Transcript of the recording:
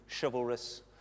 chivalrous